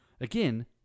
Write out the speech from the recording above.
Again